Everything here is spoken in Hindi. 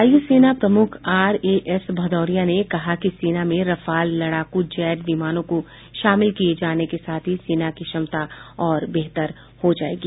वायु सेना प्रमुख आर के एस भदौरिया ने कहा कि सेना में रफाल लड़ाकू जैट विमानों को शामिल किये जाने के साथ ही सेना की क्षमता और बेहतर हो जाएगी